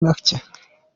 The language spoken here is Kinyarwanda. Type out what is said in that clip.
make